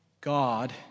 God